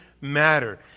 matter